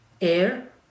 air